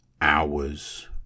hours